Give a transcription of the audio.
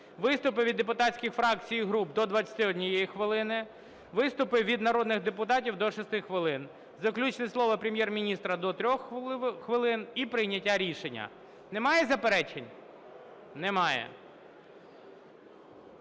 Виступи від депутатських фракцій і груп - до 21 хвилини. Виступи від народних депутатів - до 6 хвилин. Заключне слово Прем'єр-міністра - до 3 хвилин. І прийняття рішення. Немає заперечень? Немає.